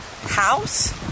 house